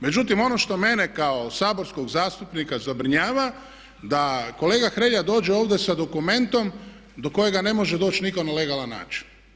Međutim, ono što mene kao saborskog zastupnika zabrinjava da kolega Hrelja dođe ovdje sa dokumentom do kojega ne može doći nitko na legalan način.